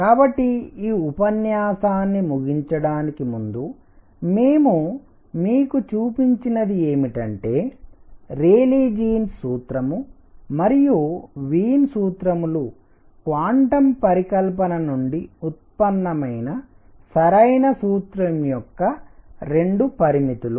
కాబట్టి ఈ ఉపన్యాసాన్ని ముగించడానికి ముందు మేము మీకు చూపించినది ఏమిటంటే రేలీ జీన్ సూత్రం మరియు వీన్ సూత్రం లు క్వాంటం పరికల్పన నుండి ఉత్పన్నమైన సరైన సూత్రం యొక్క 2 పరిమితులు